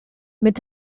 mit